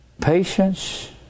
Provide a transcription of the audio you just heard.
patience